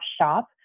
shop